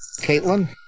Caitlin